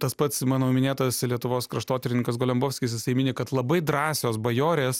tas pats mano minėtas lietuvos kraštotyrininkas golembovskis jisai mini kad labai drąsios bajorės